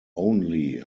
only